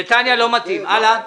בנתניה לא מתאים, הלאה.